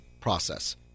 process